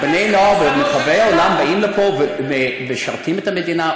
מרחבי העולם באים לפה ומשרתים במדינה,